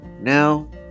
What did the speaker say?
Now